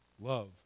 love